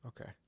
Okay